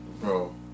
Bro